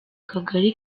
kagari